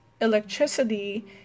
Electricity